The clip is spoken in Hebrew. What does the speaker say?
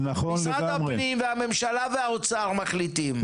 משרד הפנים והממשלה והאוצר מחליטים.